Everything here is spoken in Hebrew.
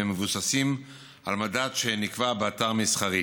והם מבוססים על מדד שנקבע באתר מסחרי.